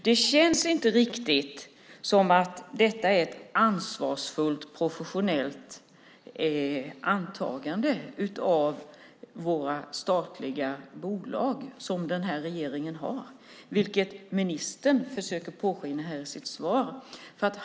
Det känns inte riktigt som att detta är ett ansvarsfullt, professionellt åtagande när det gäller våra statliga bolag som den här regeringen har, vilket ministern försöker påskina här i sitt svar.